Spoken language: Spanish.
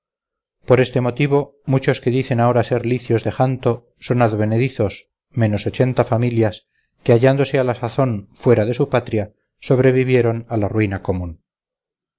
por este motivo muchos que dicen ahora ser licios de janto son advenedizos menos ochenta familias que hallándose a la sazón fuera de su patria sobrevivieron a la ruina común